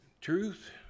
Truth